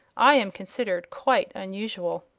i am considered quite unusual.